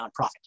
nonprofit